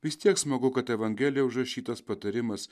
vis tiek smagu kad evangelijoj užrašytas patarimas